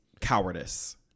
cowardice